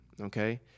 okay